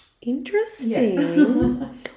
Interesting